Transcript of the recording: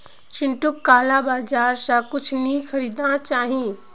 चिंटूक काला बाजार स कुछू नी खरीदना चाहिए